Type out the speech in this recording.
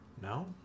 No